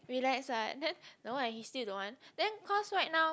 relax what then the one he still don't want then cause right now